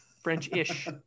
French-ish